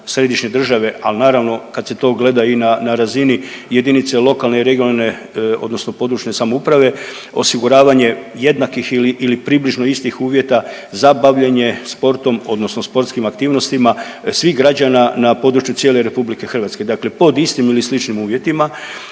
središnje države, al naravno kad se to gleda i na razini jedinice lokalne i regionalne odnosno područne samouprave osiguravanje jednakih ili približno istih uvjeta za bavljenje sportom odnosno sportskim aktivnostima svih građana na području cijele RH. Dakle, pod istim ili sličnim uvjetima